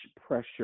pressure